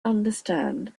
understand